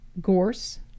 Gorse